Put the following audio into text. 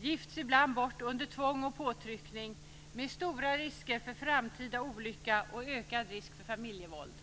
gifts ibland bort under tvång och påtryckning med stora risker för framtida olycka och ökad risk för familjevåld.